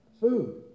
Food